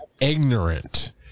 ignorant